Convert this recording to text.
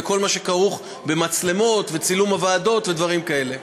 וכל מה שכרוך במצלמות ובצילום הוועדות ודברים כאלה,